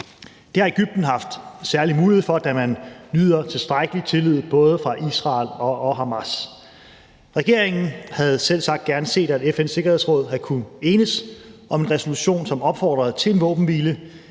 Det har Egypten haft særlig mulighed for, da man nyder tilstrækkelig tillid både hos Israel og Hamas. Regeringen havde selvsagt gerne set, at FN's Sikkerhedsråd havde kunnet enes om en resolution, som opfordrede til en våbenhvile,